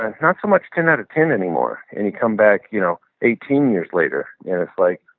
and not so much ten out of ten anymore. and you come back you know eighteen years later and it's like,